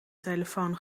telefoon